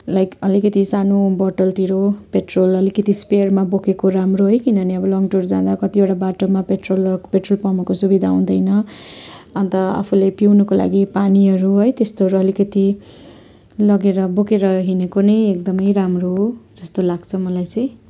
like अलिकति सानो बोतलतिर पेट्रोल अलिकति स्पेयरमा बोकेको राम्रो है किनभने अब लङ टुर जाँदा कतिवटा बाटोमा पेट्रोलहरूको पेट्रोल पम्पहरूको सुविधा हुँदैन अन्त आफूले पिउनुको लागि पानीहरू है त्यस्तोहरू अलिकति लगेर बोकेर हिँडेको नै एकदमै राम्रो हो जस्तो लाग्छ मलाई चाहिँ